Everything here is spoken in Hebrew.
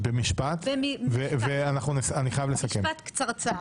משפט קצרצר: